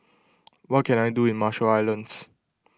what can I do in Marshall Islands